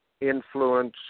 influence